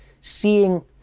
seeing